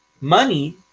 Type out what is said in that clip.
money